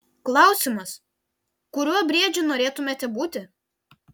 klausimas kuriuo briedžiu norėtumėte būti